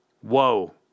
whoa